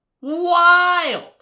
Wild